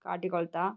കാട്ടിക്കൊളത്താണോ